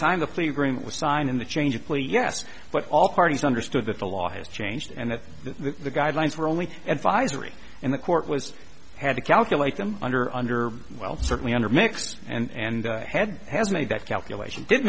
time the plea agreement was signed in the change of plea yes but all parties understood that the law has changed and that the guidelines were only advisory and the court was had to calculate them under under well certainly under mixed and head has made that calculation did